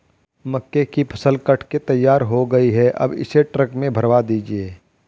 मक्के की फसल कट के तैयार हो गई है अब इसे ट्रक में भरवा दीजिए